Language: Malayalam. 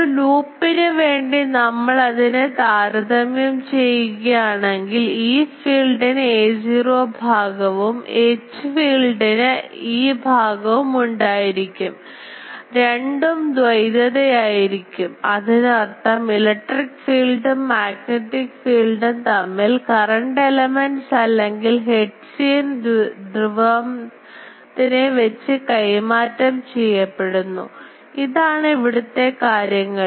ഒരു ലൂപ്പ്പ്പിന് വേണ്ടി നമ്മൾ അതിനെ താരതമ്യം ചെയ്യുകയാണെങ്കിൽ E ഫീൽഡിന് aö ഭാഗവും H ഫീൽഡിന് è ഭാഗവും ഉണ്ടായിരിക്കും 2 ഉം ദ്വൈതത ആയിരിക്കുംഅതിനർത്ഥം ഇലക്ട്രിക് ഫീൽഡും മാഗ്നെറ്റിക് ഫീൽഡും തമ്മിൽ കറണ്ട് എലമെൻറ്സ് അല്ലെങ്കിൽ ഹെർട്ട്സിയൻ ദ്വിധ്രുവം നെ വെച്ച് കൈമാറ്റം ചെയ്യപ്പെടുന്നുഇതാണ് ഇവിടുത്തെ കാര്യങ്ങൾ